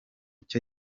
cyo